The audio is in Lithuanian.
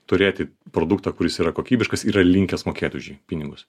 turėti produktą kuris yra kokybiškas yra linkęs mokėti už jį pinigus